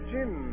Jim